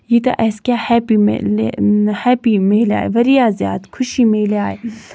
ییٖتیاہ اَسہِ کیاہ ہٮ۪پی مِلہِ پٮ۪پی مِلیاے واریاہ زیادٕ خُشی مِلیاے